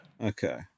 Okay